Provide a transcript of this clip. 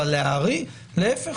להפך,